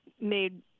made